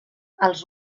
els